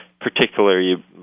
particularly